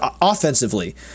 offensively